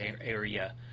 area